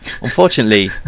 Unfortunately